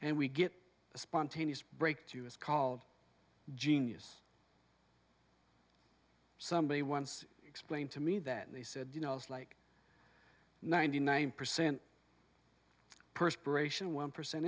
and we get a spontaneous breakthrough is called genius somebody once explained to me that they said you know it's like ninety nine percent perspiration one percent